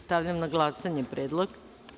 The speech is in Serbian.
Stavljam na glasanje predlog.